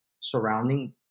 surrounding